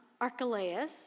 Archelaus